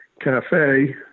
cafe